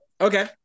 okay